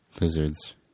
Lizards